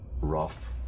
rough